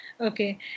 Okay